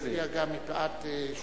חוטובלי לא שואלת?